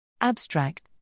Abstract